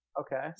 Okay